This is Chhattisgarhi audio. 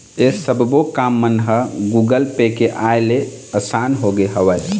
ऐ सब्बो काम मन ह गुगल पे के आय ले असान होगे हवय